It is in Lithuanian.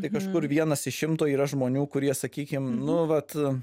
tai kažkur vienas iš šimto yra žmonių kurie sakykim nu vat